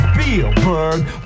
Spielberg